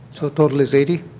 the total is eighty?